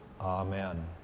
Amen